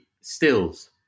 stills